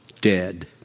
dead